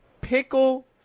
pickle